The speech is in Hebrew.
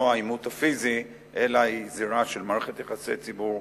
העימות הפיזי אלא היא זירה של מערכת יחסי ציבור,